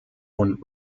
und